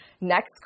next